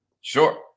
Sure